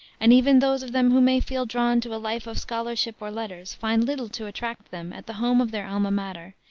and even those of them who may feel drawn to a life of scholarship or letters find little to attract them at the home of their alma mater,